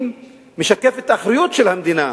מבינה,